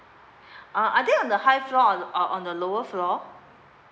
uh are there on the high floor on or on the lower floor